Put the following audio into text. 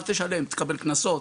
אל תשלם תקבל קנסות,